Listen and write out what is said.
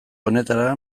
honetara